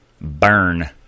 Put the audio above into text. Burn